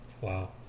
wow